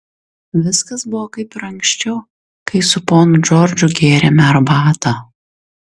viskas buvo kaip ir anksčiau kai su ponu džordžu gėrėme arbatą